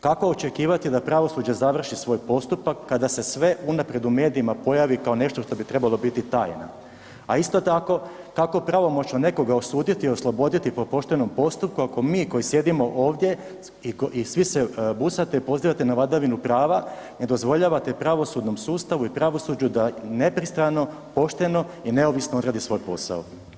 Kako očekivati da pravosuđe završi svoj postupak kada se sve unaprijed u medijima pojavi kao nešto što bi trebalo biti tajna, a isto tako, kako pravomoćno nekoga osuditi i osloboditi po poštenom postupku, ako mi koji sjedimo ovdje i svi se busate i pozivate na vladavinu prava, ne dozvoljavate pravosudnom sustavu i pravosuđu da nepristrano, pošteno i neovisno odradi svoj posao.